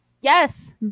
Yes